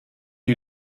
die